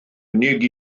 unig